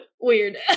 weird